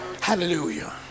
Hallelujah